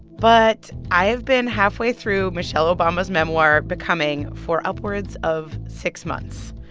but i have been halfway through michelle obama's memoir, becoming, for upwards of six months.